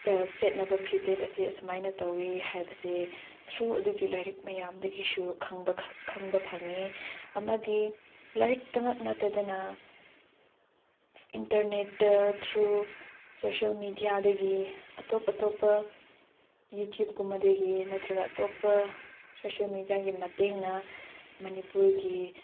ꯁꯦꯠꯅꯕ ꯐꯤꯖꯦꯠ ꯑꯁꯤ ꯑꯁꯨꯃꯥꯏꯅ ꯇꯧꯋꯤ ꯍꯥꯏꯕꯁꯦ ꯊ꯭ꯔꯨ ꯑꯗꯨꯒꯤ ꯂꯥꯏꯔꯤꯛ ꯃꯌꯥꯝꯗꯒꯤꯁꯨ ꯈꯪꯕ ꯈꯪꯕ ꯐꯪꯉꯤ ꯑꯃꯗꯤ ꯂꯥꯏꯔꯤꯛꯇ ꯉꯥꯛ ꯅꯠꯇꯗꯅ ꯏꯟꯇꯔꯅꯦꯠꯇ ꯊ꯭ꯔꯨ ꯁꯣꯁꯦꯜ ꯃꯦꯗꯤꯌꯥꯗꯒꯤ ꯑꯇꯣꯞ ꯑꯇꯣꯞꯄ ꯌꯨꯇꯨꯕꯀꯨꯝꯕꯗꯒꯤ ꯅꯠꯇ꯭ꯔꯒ ꯑꯇꯣꯞꯄ ꯁꯣꯁꯦꯜ ꯃꯦꯗꯤꯌꯥꯒꯤ ꯃꯇꯦꯡꯅ ꯃꯅꯤꯄꯨꯔꯒꯤ